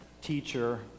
teacher